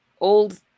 old